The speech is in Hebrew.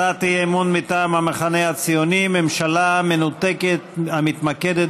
הצעת אי-אמון מטעם המחנה הציוני: ממשלה מנותקת המתמקדת